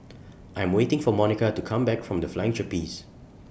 I'm waiting For Monika to Come Back from The Flying Trapeze